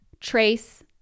trace